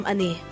Ani